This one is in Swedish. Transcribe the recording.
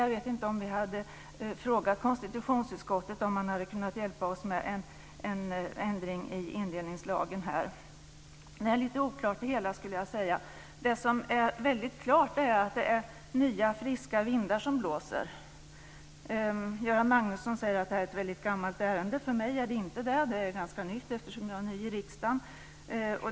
Jag vet inte om konstitutionsutskottet hade kunnat hjälpa oss med en ändring i indelningslagen om vi hade frågat. Det hela är lite oklart. Det som är väldigt klart är att det är nya friska vindar som blåser. Göran Magnusson säger att detta är ett väldigt gammalt ärende. För mig är det inte det. Det är ganska nytt, eftersom jag är ny i riksdagen.